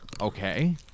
okay